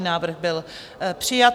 Návrh byl přijat.